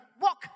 walk